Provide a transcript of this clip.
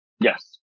Yes